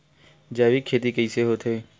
जैविक खेती कइसे होथे?